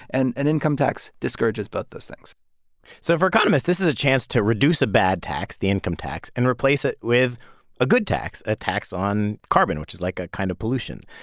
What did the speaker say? and an income tax discourages both those things so for economists, this is a chance to reduce a bad tax the income tax and replace it with a good tax a tax on carbon, which is, like, a kind of pollution.